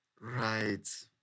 Right